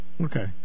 Okay